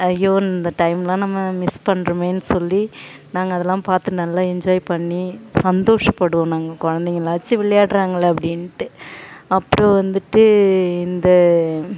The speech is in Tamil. ஐயோ இந்த டைமெலாம் நம்ம மிஸ் பண்ணுறோமேன்னு சொல்லி நாங்கள் அதெல்லாம் பார்த்து நல்லா என்ஜாய் பண்ணி சந்தோஷப்படுவோம் நாங்கள் குழந்தைங்களாச்சும் விளையாடுறாங்களே அப்படின்ட்டு அப்புறோம் வந்துட்டு இந்த